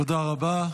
תודה רבה.